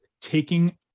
taking